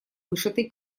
вышитой